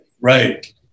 right